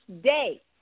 day